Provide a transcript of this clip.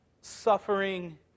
suffering